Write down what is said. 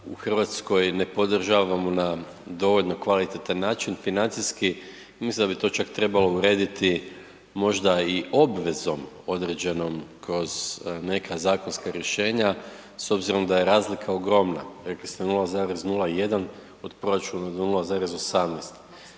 u Hrvatskoj ne podržavamo na dovoljno kvalitetan način financijski, mislim da bi to čak trebalo urediti možda i obvezom određenom kroz neka zakonska rješenja s obzirom da je razlika ogromna, rekli ste 0,01 od proračuna do 0,18